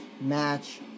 Match